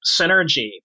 synergy